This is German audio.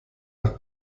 nach